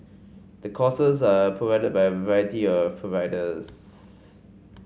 the courses are provided by variety of providers